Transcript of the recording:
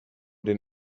den